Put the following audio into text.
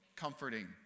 comforting